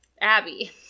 Abby